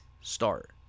start